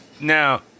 Now